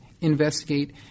investigate